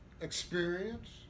experience